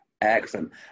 Excellent